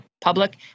public